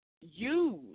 use